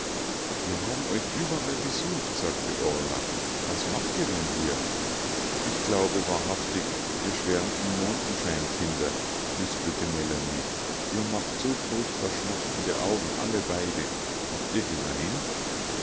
wir haben euch überall gesucht sagte orla was macht ihr denn hier ich glaube wahrhaftig ihr schwärmt im mondenschein kinder lispelte melanie ihr macht so furchtbar schmachtende augen alle beide habt ihr geweint